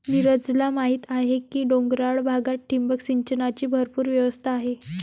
नीरजला माहीत आहे की डोंगराळ भागात ठिबक सिंचनाची भरपूर व्यवस्था आहे